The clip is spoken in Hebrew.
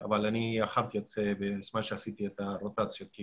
אני הכנתי את זה בזמן שעשיתי את הרוטציה כי